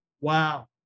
Wow